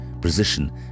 precision